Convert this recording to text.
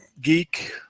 geek